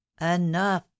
enough